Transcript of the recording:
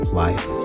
life